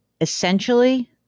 Essentially